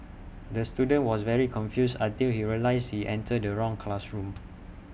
the student was very confused until he realised he entered the wrong classroom